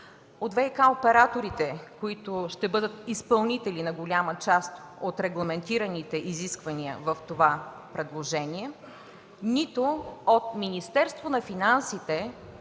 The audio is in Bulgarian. от ВиК операторите, които ще бъдат изпълнители на голяма част от регламентираните изисквания в това предложение; от Министерството на финансите,